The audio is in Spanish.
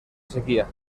sequía